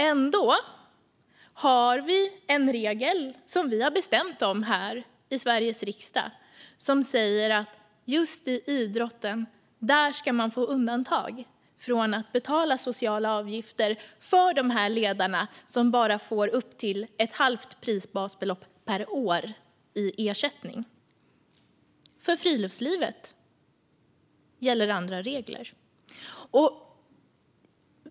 Ändå har vi en regel som vi har bestämt om här i Sveriges riksdag som säger att just i idrotten ska man få undantag från att betala sociala avgifter för de ledare som bara får upp till ett halvt prisbasbelopp per år i ersättning. För friluftslivet gäller andra regler.